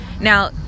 Now